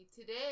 today